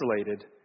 isolated